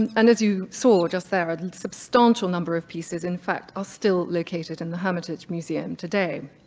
and and as you saw just there, a substantial number of pieces in fact are still located in the hermitage museum today.